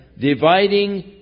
dividing